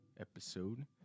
episode